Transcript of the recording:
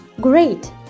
Great